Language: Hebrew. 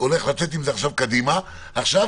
הולך לצאת עם זה עכשיו קדימה, עכשיו